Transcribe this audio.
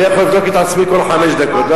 אני יכול לבדוק את עצמי כל חמש דקות,